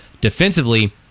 defensively